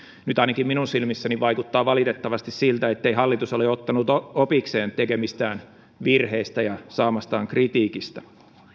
nyt ainakin minun silmissäni vaikuttaa valitettavasti siltä ettei hallitus ole ottanut opikseen tekemistään virheistä ja saamastaan kritiikistä